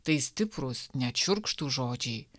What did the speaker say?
tai stiprūs net šiurkštūs žodžiai